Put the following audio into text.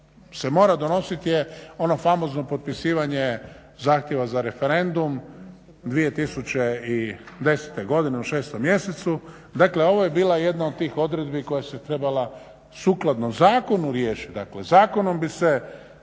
se mora donositi je ono famozno potpisivanje zahtjeva za referendum, 2010.godine u šestom mjesecu. Dakle, ovo je bila jedna od tih odredbi koja se trebala sukladno zakonu riješiti, dakle zakonom bi se